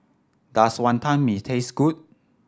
does Wonton Mee taste good